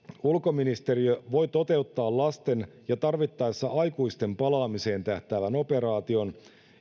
ulkoministeriö voi toteuttaa lasten ja tarvittaessa aikuisten palaamiseen tähtäävän operaation